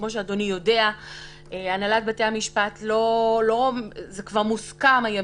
כמו שאדוני יודע, זה, הימים השיפוטיים, כבר מוסכם.